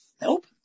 nope